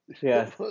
yes